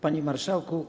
Panie Marszałku!